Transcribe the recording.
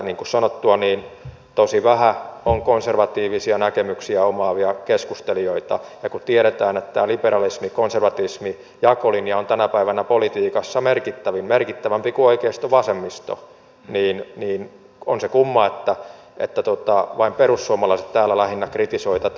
niin kuin sanottua tosi vähän on konservatiivisia näkemyksiä omaavia keskustelijoita ja kun tiedetään että tämä liberalismikonservatismi jakolinja on tänä päivänä politiikassa merkittävämpi kuin oikeistovasemmisto niin on se kumma että vain perussuomalaiset täällä lähinnä kritisoi tätä